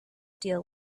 deal